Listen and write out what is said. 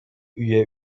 üye